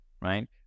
right